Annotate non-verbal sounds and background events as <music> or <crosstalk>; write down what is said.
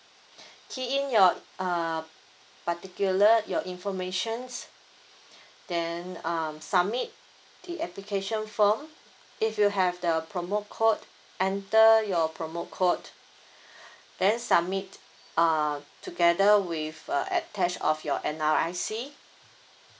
key in your uh particular your informations then um submit the application form if you have the promo code enter your promo code <breath> then submit uh together with a attach of your N_R_I_C